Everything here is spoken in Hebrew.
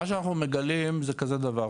מה שאנחנו מגלים זה כזה דבר,